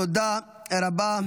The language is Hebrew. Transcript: תודה רבה.